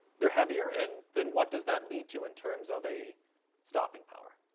they're heavier. and then what does that lead to in terms of a stopping power?